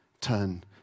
turn